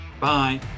Bye